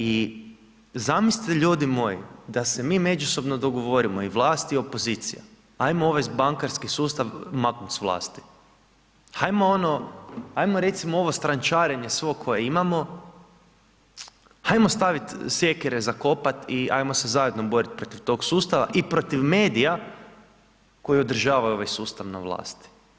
I zamislite ljudi moji da se mi međusobno dogovorimo i vlast i opozicija, ajmo ovaj bankarski sustav maknuti s vlasti, hajmo ono, ajmo recimo ovo strančarenje svo koje imamo, hajmo stavit sjekire zakopat i ajmo se zajedno borit tog sustava i protiv medija koji održavaju ovaj sustav na vlasti.